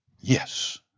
Yes